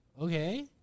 Okay